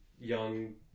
young